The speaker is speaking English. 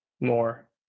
more